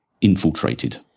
infiltrated